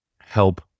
help